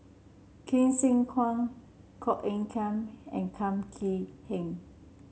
Hsu Tse Kwang Koh Eng Kian and Kum Chee Kin